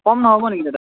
কম নহ'ব নেকি দাদা